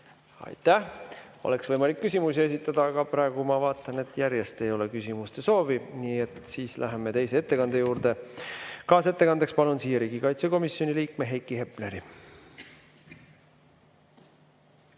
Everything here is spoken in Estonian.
Aitäh! Oleks võimalik küsimusi esitada, aga ma vaatan, et järjest ei ole küsimuste soovi. Läheme teise ettekande juurde. Kaasettekandjaks palun siia riigikaitsekomisjoni liikme Heiki Hepneri.